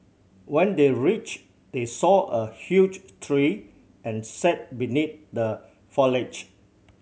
when they reach they saw a huge tree and sat beneath the foliage